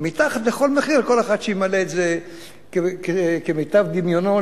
ומתחת ל"כל מחיר" שכל אחד ימלא את זה כמיטב דמיונו,